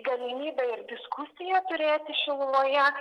galimybė ir diskusiją turėti šiluvoje